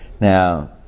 Now